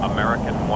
American